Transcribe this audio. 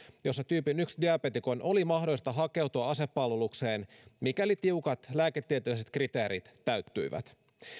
jossa tyypin yhden diabeetikon oli mahdollista hakeutua asepalvelukseen mikäli tiukat lääketieteelliset kriteerit täyttyivät